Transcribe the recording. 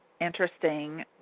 interesting